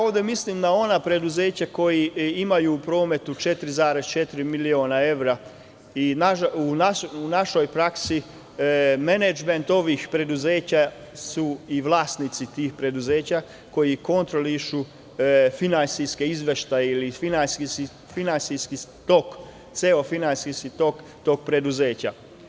Ovde mislim na ona preduzeća koja imaju promet od 4,4 miliona evra i u našoj praksi je tako da menadžment ovih preduzeća jesu vlasnici tih preduzeća, koji kontrolišu finansijske izveštaje ili finansijski tok, ceo finansijski tok tih preduzeća.